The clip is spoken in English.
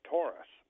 Taurus